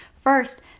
First